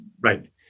right